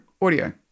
audio